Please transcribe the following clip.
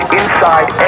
inside